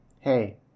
Hey